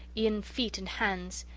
e'en feet and hands.